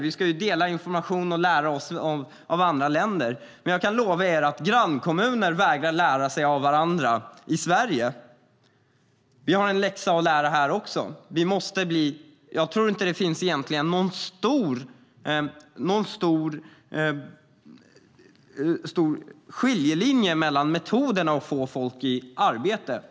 Vi ska dela information med och lära oss av andra länder. Men jag kan lova er att grannkommuner i Sverige vägrar lära sig av varandra. Vi har en läxa att lära här också. Jag tror inte att det egentligen finns någon stor skiljelinje mellan metoderna för att få folk i arbete.